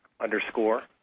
underscore